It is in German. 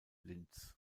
linz